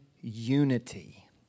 unity